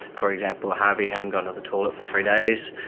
for example, harvey hadn't gone to the toilet for three days,